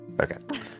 Okay